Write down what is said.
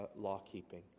law-keeping